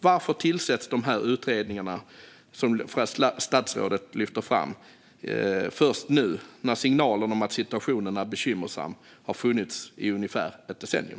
Varför tillsätts de utredningar som statsrådet lyfter fram i interpellationssvaret först nu, när signalerna om att situationen är bekymmersam har funnits i ungefär ett decennium?